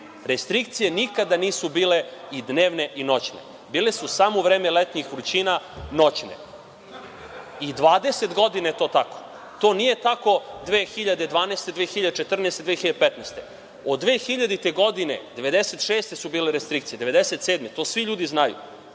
Restrikcije nikada nisu bile i dnevne i noćne, bile su samo u vreme letnjih vrućina noćne i 20 godina je to tako. To nije tako 2012, 2014, 2015. godine, od 2000-te godine, 1996. godine su bile restrikcije, 1997, to svi ljudi znaju.